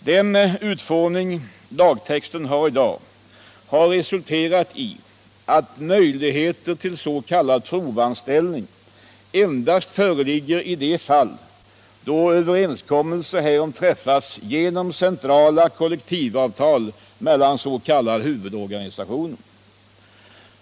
Den utformning lagtexten har i dag har resulterat i att möjligheter till s.k. provanställning endast föreligger i de fall, då överenskommelse härom träffats genom centrala kollektivavtal mellan s.k. huvudorganisationer.